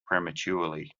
prematurely